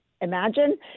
imagine